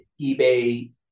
eBay